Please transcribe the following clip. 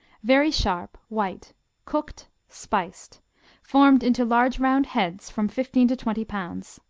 very sharp white cooked spiced formed into large round heads from fifteen to twenty pounds.